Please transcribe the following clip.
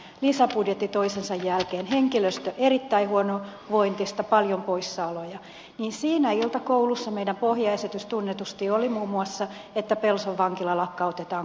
lisäbudjetti toisensa jälkeen henkilöstö erittäin huonovointista paljon poissaoloja siinä iltakoulussa meidän pohjaesityksemme tunnetusti oli muun muassa että pelson vankila lakkautetaan kokonaan